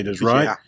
Right